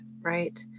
right